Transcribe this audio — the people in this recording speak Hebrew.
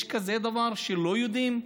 יש כזה דבר שלא יודעים?